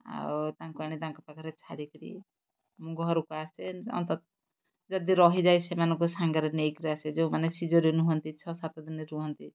ଆଉ ତାଙ୍କୁ ଆଣି ତାଙ୍କ ପାଖରେ ଛାଡ଼ିକିରି ମୁଁ ଘରକୁ ଆସେ ଅନ୍ତତଃ ଯଦି ରହିଯାଏ ସେମାନଙ୍କ ସାଙ୍ଗରେ ନେଇକିରି ଆସେ ଯୋଉମାନେ ସିଜରିଂ ନୁହନ୍ତି ଛଅ ସାତ ଦିନ ରୁହନ୍ତି